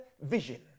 vision